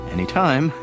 Anytime